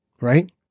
Right